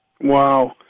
Wow